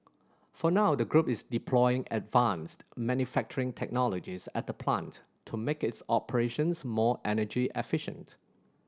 for now the group is deploying advanced manufacturing technologies at the plant to make its operations more energy efficient